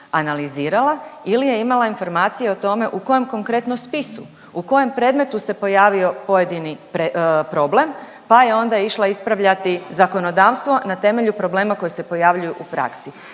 analizirala ili je imala informacije o tome u kojem konkretno spisu, u kojem predmetu se pojavio pojedini problem, pa je onda išla ispravljati zakonodavstvo na temelju problema koji se pojavljuju u praksi.